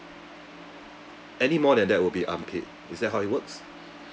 any more than that will be unpaid is that how it works